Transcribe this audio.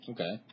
Okay